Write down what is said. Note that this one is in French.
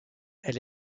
elle